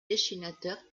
dessinateur